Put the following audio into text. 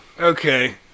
Okay